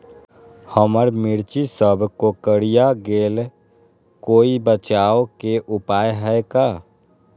हमर मिर्ची सब कोकररिया गेल कोई बचाव के उपाय है का?